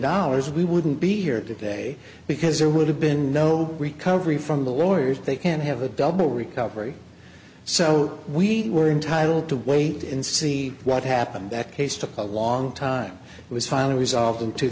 dollars we wouldn't be here today because there would have been no recovery from the lawyers they can't have a double recovery so we were entitled to wait and see what happened that case took a long time was finally resolved